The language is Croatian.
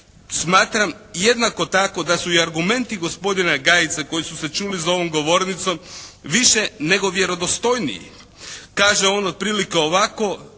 Smatram jednako tako da su i argumenti gospodina Gajice koji su se čuli za ovom govornicom više nego vjerodostojniji. Kaže on otprilike ovako